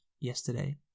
yesterday